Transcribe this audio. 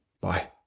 Bye